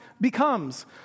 becomes